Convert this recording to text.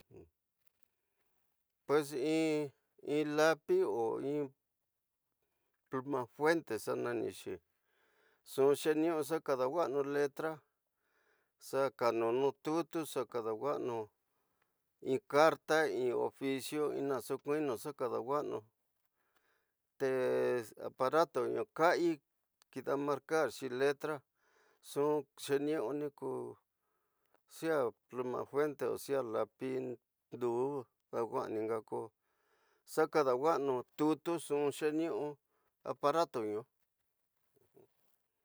pues in lapi in pl afuente xa nanixi nxu xeniu xa kadawaanu letra, xa ñanu nu titu, xa kadawaanu in karta in oficixi naso kuni ñxa kadawaanu aparato nu kasi kida markarxi letra nxu xeniu ñxu sea pl afuente o sea lapi kudu xa wixí inña ko xa kadawaanu titu nxu xeniu aparato ñu